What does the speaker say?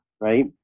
Right